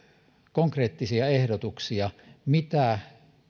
konkreettisia ehdotuksia mitä